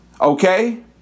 okay